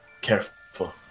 careful